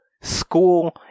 School